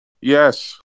Yes